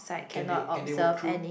can they can they walk through